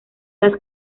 las